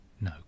no